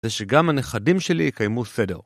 ושגם הנכדים שלי יקיימו סדר.